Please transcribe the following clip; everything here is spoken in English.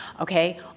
Okay